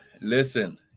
Listen